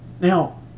now